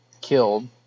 killed